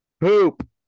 poop